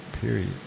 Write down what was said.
Period